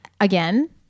again